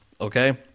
okay